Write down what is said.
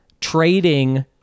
trading